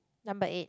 number eight